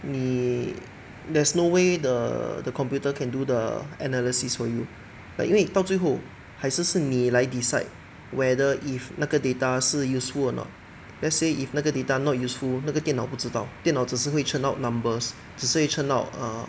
你 there's no way the the computer can do the analysis for you but 因为到最后还是是你来 decide whether if 那个 data 是 useful or not let's say if 那个 data not useful 那个电脑不知道电脑只是会 churn out numbers 只是会 churn out err